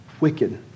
wicked